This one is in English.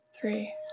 three